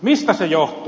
mistä se johtuu